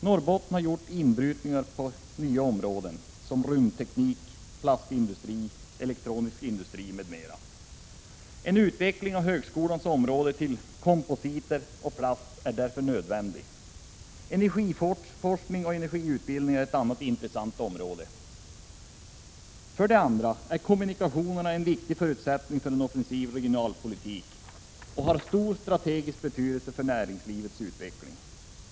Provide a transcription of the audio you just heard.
Norrbotten har gjort inbrytningar på nya områden, som rymdteknik, plastindustri, elektronikindustri m.m. En utveckling av högskolans områden till komposit och plast är därför nödvändig. Energiforskning och energiutbildning är ett annat intressant område. För det andra är kommunikationerna en viktig förutsättning för en offensiv regionalpolitik och har stor strategisk betydelse för näringslivets utveckling.